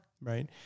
Right